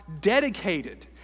dedicated